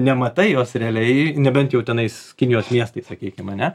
nematai jos realiai nebent jau tenais kinijos miestai sakykim ane